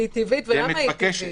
ומתבקשת.